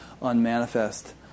unmanifest